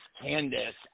Candace